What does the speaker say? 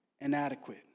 inadequate